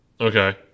Okay